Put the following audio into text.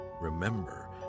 Remember